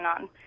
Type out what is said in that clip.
on